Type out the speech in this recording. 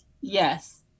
Yes